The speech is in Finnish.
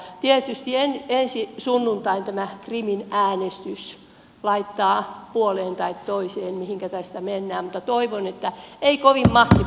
tietysti ensi sunnuntaina tämä krimin äänestys laittaa tämän puoleen tai toiseen mihinkä tästä mennään mutta toivon että ei kovin mahtipontisia puheita täällä puhuta